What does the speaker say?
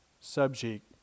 subject